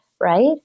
right